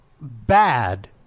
bad